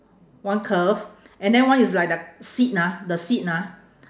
one curve and then one is like the seat ah the seat ah